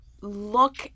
look